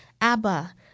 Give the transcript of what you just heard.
Abba